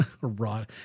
rod